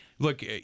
Look